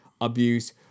abuse